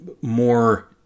more